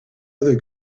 other